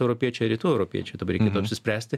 europiečiai ar rytų europiečiai dabar reikėtų apsispręsti